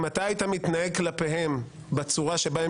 אם אתה היית מתנהג כלפיהם בצורה שבה הם